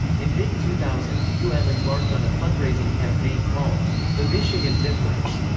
in mid two thousand, u m embarked on a fund-raising campaign called the michigan difference,